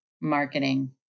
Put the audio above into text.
marketing